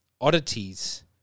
oddities